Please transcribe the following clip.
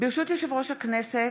ברשות יושב-ראש הכנסת,